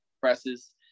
presses